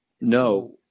No